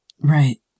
Right